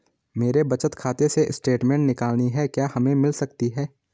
मेरे बचत खाते से स्टेटमेंट निकालनी है क्या हमें मिल सकती है?